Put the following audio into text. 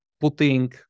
putting